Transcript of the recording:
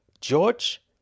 George